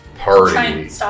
party